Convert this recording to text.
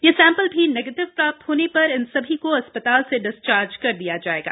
ये सैंपल भी निगेटिव प्राप्त होने पर इन सभी को अस्पताल से डिस्चार्ज कर दिया जाएगा